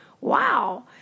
wow